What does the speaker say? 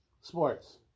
Sports